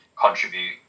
contribute